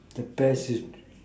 the best is